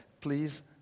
please